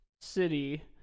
city